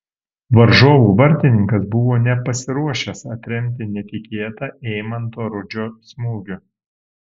varžovų vartininkas buvo nepasiruošęs atremti netikėtą eimanto rudžio smūgio